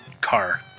Car